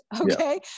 Okay